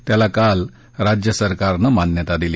त्याला काल राज्य सरकारनं मान्यता दिली